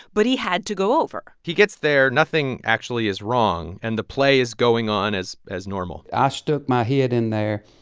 but he had to go over he gets there. nothing actually is wrong. and the play is going on as as normal i ah stuck my head in there.